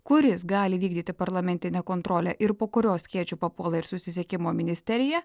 kuris gali vykdyti parlamentinę kontrolę ir po kurio skėčiu papuola ir susisiekimo ministerija